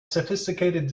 sophisticated